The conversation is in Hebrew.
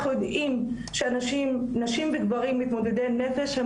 אנחנו יודעים שנשים וגברים מתמודדי נפש הם